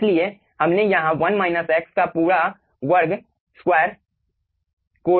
इसलिए हमने यहाँ पूरे वर्ग को रखा है